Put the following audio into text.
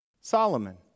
Solomon